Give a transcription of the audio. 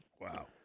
Wow